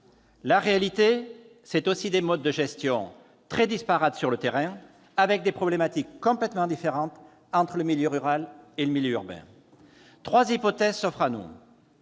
La réalité, c'est aussi des modes de gestion sur le terrain très disparates, avec des problématiques complètement différentes entre le secteur rural et le secteur urbain. Trois hypothèses s'offrent à nous.